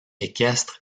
équestre